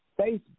Facebook